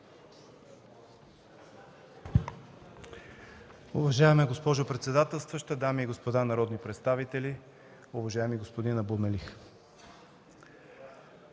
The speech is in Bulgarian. Уважаема госпожо председателстваща, дами и господа народни представители, уважаеми господин Абу Мелих!